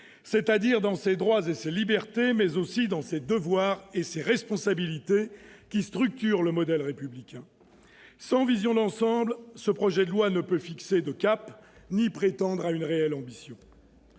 c'est-à-dire avec ses droits et ses libertés, mais aussi avec ses devoirs et ses responsabilités, qui structurent le modèle républicain. Sans vision d'ensemble, ce projet de loi ne peut ni fixer de cap ni poser une réelle ambition.